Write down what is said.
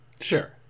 Sure